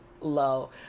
low